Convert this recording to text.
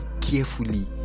carefully